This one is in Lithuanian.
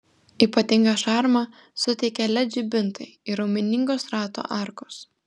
ypatingą šarmą suteikia led žibintai ir raumeningos ratų arkos